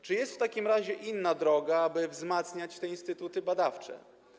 Czy jest w takim razie inna droga, aby wzmacniać te instytuty badawcze?